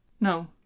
No